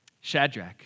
Shadrach